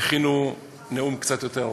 הכינו נאום קצת יותר ארוך.